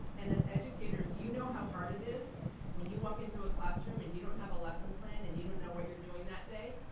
and as educators you know how hard it is when you walk into a classroom and you don't have a lesson plan and you don't know what you're doing that day.